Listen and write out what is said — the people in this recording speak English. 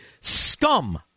scum